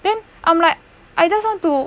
then I'm like I just want to